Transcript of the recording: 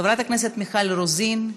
חברת הכנסת מיכל רוזין,